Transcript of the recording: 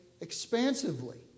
expansively